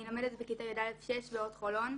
אני לומדת בכיתה י"א/6 באורט חולון.